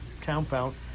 compound